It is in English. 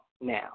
now